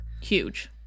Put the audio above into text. Huge